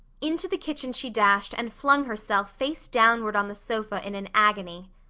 into the kitchen she dashed and flung herself face downward on the sofa in an agony.